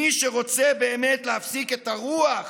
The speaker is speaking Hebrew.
מי שרוצה באמת להפסיק את הרוח